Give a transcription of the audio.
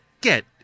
get